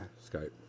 Skype